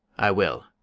i will.